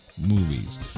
movies